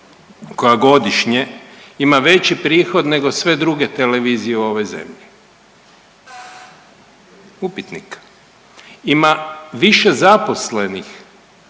koja godišnje ima veći prihod nego sve druge televizije u ovoj zemlji, upitnik. Ima više zaposlenih,